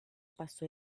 pasó